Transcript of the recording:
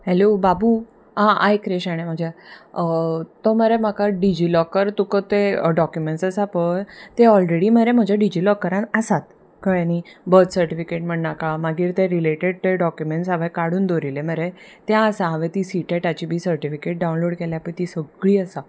hello बाबू आं आयक रे शाण्या म्हज्या तो मरे म्हाका डिजिलॉकर तुका ते डॉक्युमेंट्स आसा पय ते ऑलरेडी मरे म्हज्या डिजिलॉकरान आसात कळळे न्ही बर्थ सर्टिफिकेट म्हण्णका मागीर ते रिलेटेड ते डॉक्युमेंट्स हांवें काडून दवरिल्लें मरे तें आसा हांवें ती सिटेटाची बी सर्टिफिकेट डावनलोड केल्या पळय ती सगळीं आसा